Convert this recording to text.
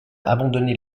abandonner